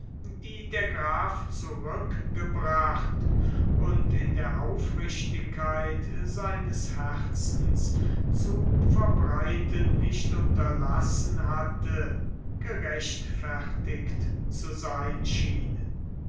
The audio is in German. die der graf zurückgebracht und in der aufrichtigkeit seines herzens zu verbreiten nicht unterlassen hatte gerechtfertigt zu sein schienen